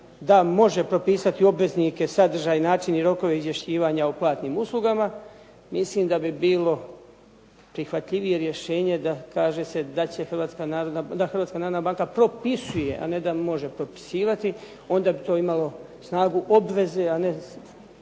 da može propisati obveznike, sadržaj i način i rokovi izvršavanja o platnim uslugama, mislim da bi bilo prihvatljivije rješenje da kaže se da Hrvatska narodna banka propisuje, ne da može propisivati onda bi to imalo snagu obveze a ne